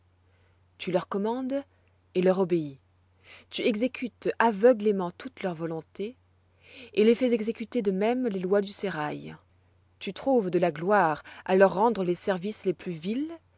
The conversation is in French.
tu leur commandes et leur obéis tu exécutes aveuglément toutes leurs volontés et leur fais exécuter de même les lois du sérail tu trouves de la gloire à leur rendre les services les plus vils